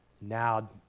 Now